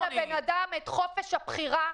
--- צריך לתת לאדם את חופש הבחירה.